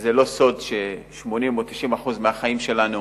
זה לא סוד ש-80% או 90% מהחיים שלנו